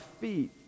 feet